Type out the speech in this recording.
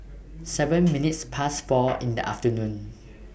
seven minutes Past four in The afternoon